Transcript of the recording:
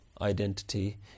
identity